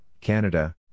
Canada